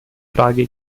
frage